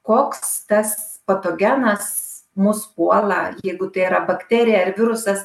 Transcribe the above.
koks tas patogenas mus puola jeigu tai yra bakterija ar virusas